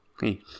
Hey